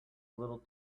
little